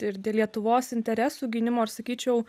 ir dėl lietuvos interesų gynimo ir sakyčiau